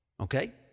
Okay